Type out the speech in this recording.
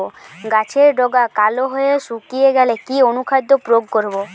গাছের ডগা কালো হয়ে শুকিয়ে গেলে কি অনুখাদ্য প্রয়োগ করব?